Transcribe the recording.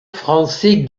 français